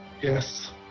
Yes